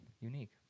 unique